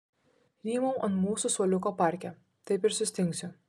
rymau ant mūsų suoliuko parke taip ir sustingsiu